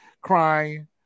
crying